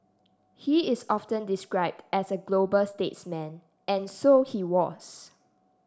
he is often described as a global statesman and so he was